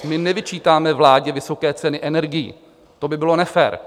Nevyčítáme vládě vysoké ceny energií, to by bylo nefér.